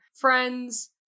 Friends